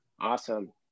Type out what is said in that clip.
awesome